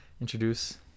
introduce